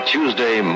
Tuesday